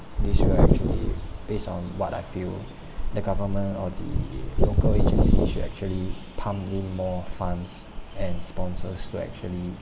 this will actually based on what I feel the government or the local agencies should actually pump in more funds and sponsors to actually